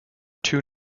two